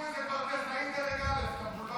--- קראו לזה כבר טכנאים דרג א', אתה מבולבל.